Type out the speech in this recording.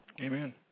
Amen